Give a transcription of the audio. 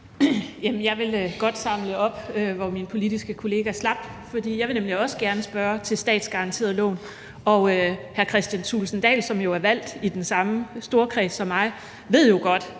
Jeg vil godt samle op, hvor min politiske kollega slap, for jeg vil nemlig også gerne spørge til statsgaranterede lån. Hr. Kristian Thulesen Dahl, som er valgt i den samme storkreds som mig, ved jo godt,